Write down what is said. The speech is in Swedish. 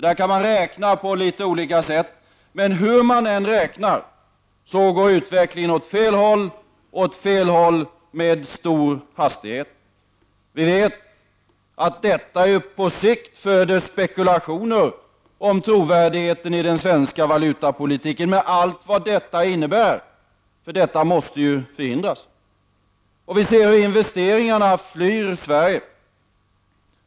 Detta kan räknas på litet olika sätt, men hur man än räknar så går utvecklingen åt fel håll, åt fel håll med stor hastighet. Vi vet att detta på sikt föder spekulationer om trovärdigheten i den svenska valutapolitiken med allt vad detta innebär. Detta måste förhindras. Vi ser hur investeringarna flyr Sverige.